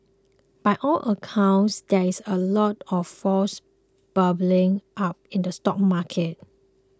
by all accounts there is a lot of froth bubbling up in the stock market